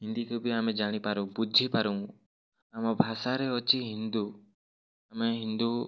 ହିନ୍ଦୀକୁ ବି ଆମେ ଜାଣିପାରୁ ବୁଝିପାରୁ ଆମ ଭାଷାରେ ଅଛି ହିନ୍ଦୁ ଆମେ ହିନ୍ଦୁ